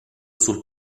sul